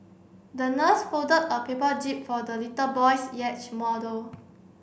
the nurse folded a paper jib for the little boy's model